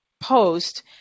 post